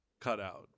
cutout